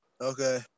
Okay